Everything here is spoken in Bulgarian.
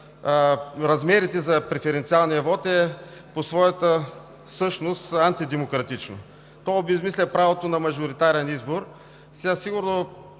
размерите на преференциалния вот е по своята същност антидемократично. То обезсмисля правото на мажоритарен избор. Сега сигурно